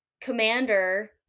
Commander